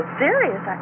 serious